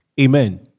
Amen